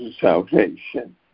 salvation